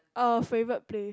a favorite place